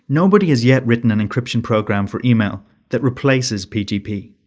nobody has yet written an encryption program for email that replaces pgp.